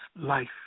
life